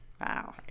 Wow